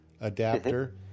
adapter